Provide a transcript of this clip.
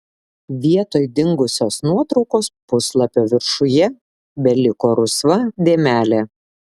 vietoj dingusios nuotraukos puslapio viršuje beliko rusva dėmelė